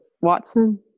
Watson